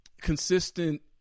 consistent